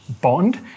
bond